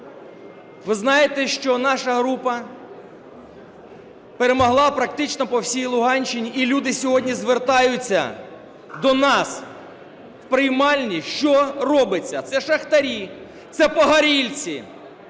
Ви знаєте, що наша група перемогла практично по всій Луганщині, і люди сьогодні звертаються до нас в приймальні: що робиться? Це шахтарі, це погорільці,